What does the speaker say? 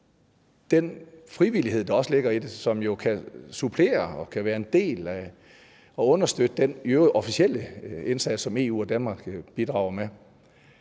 den frivillighed, der også ligger i det, som jo kan supplere og kan være en del af at understøtte den i øvrigt officielle indsats, som EU og Danmark bidrager med,